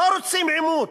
לא רוצים עימות.